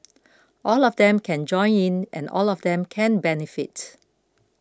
all of them can join in and all of them can benefit